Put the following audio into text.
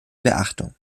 beachtung